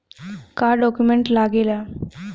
का डॉक्यूमेंट लागेला?